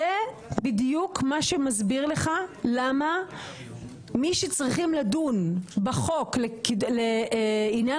לכן זה בדיוק מה שמסביר לך למה מי שצריכים לדון בחוק לעניין